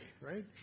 right